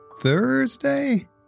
Thursday